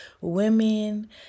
women